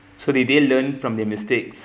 so they didn't learn from their mistakes